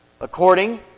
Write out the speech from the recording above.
according